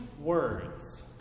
words